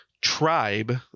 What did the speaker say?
tribe